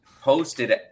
posted